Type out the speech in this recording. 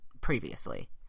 previously